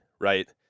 right